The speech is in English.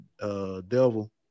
devil